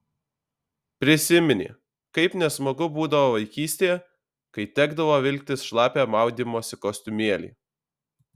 prisiminė kaip nesmagu būdavo vaikystėje kai tekdavo vilktis šlapią maudymosi kostiumėlį